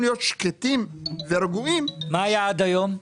להיות שקטים ורגועים --- מה היה עד היום?